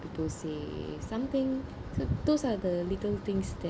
people say something those are the little things that